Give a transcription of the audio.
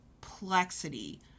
complexity